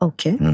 Okay